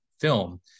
film